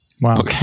Wow